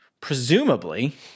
presumably